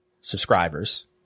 subscribers